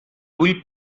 vull